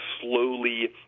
slowly